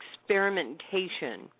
experimentation